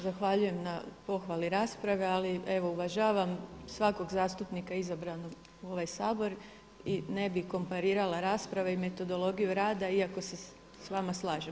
Zahvaljujem na pohvali rasprave, ali evo uvažavam svakog zastupnika izabranog u ovaj Sabor i ne bi komparirala rasprave i metodologiju rada iako s vama slažem.